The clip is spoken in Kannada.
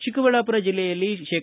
ಚಿಕ್ಕಬಳ್ಳಾಪುರ ಜಿಲ್ಲೆಯಲ್ಲಿ ಶೇ